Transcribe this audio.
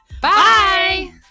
Bye